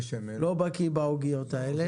בקיא בעוגיות האלה.